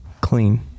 clean